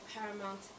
paramount